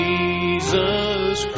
Jesus